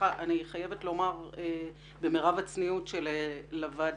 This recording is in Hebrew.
אני חייבת לומר במירב הצניעות שלוועדה